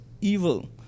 evil